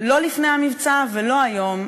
לא לפני המבצע ולא היום,